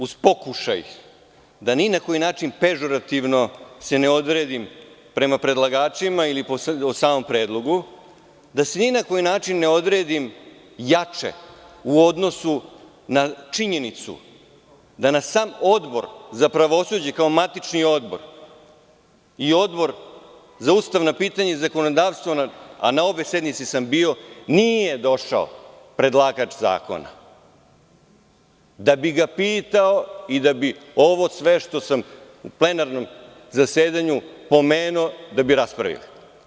Upravo uz pokušaj da se ni na koji način pežorativno ne odredim prema predlagačima ili o samom predlogu, da se ni na koji način ne odredim jače u odnosu na činjenicu da na sam Odbor za pravosuđe, kao matični odbor, i Odbor za ustavna pitanja i zakonodavstvo, a na obe sednice sam bio, nije došao predlagač zakona, da bi ga pitao i da bi sve ovo što sam u plenarnom zasedanju pomenuo raspravili.